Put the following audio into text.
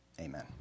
Amen